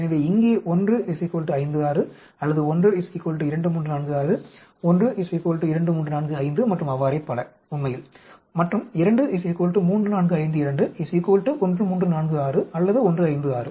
எனவே இங்கே 1 56 அல்லது 1 2346 1 2345 மற்றும் அவ்வாறே பல உண்மையில் மற்றும் 2 3452 1346 அல்லது 156